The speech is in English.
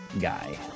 guy